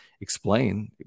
explain